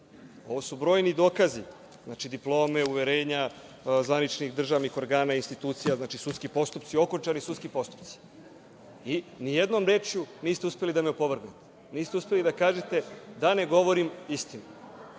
Ovo su brojni dokazi: diplome, uverenja zvaničnih državnih organa i institucija. Znači, okončani sudski postupci. Nijednom rečju niste uspeli da me opovrgnete. Niste uspeli da kažete da ne govorim istinu. Šta